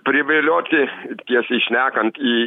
privilioti tiesiai šnekant į